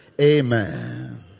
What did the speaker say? amen